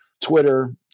Twitter